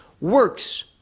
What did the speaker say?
works